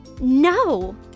No